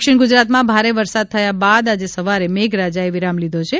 દક્ષિણ ગુજરાતમાં ભારે વરસાદ થયા બાદ આજે સવારે મેઘરાજાએ વિરામ લીધો છે